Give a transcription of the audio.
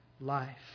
life